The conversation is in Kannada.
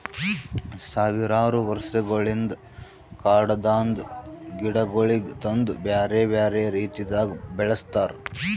ಸಾವಿರಾರು ವರ್ಷಗೊಳಿಂದ್ ಕಾಡದಾಂದ್ ಗಿಡಗೊಳಿಗ್ ತಂದು ಬ್ಯಾರೆ ಬ್ಯಾರೆ ರೀತಿದಾಗ್ ಬೆಳಸ್ತಾರ್